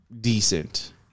decent